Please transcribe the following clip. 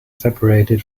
separated